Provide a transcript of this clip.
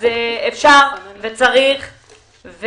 אפשר וצריך,